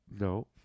No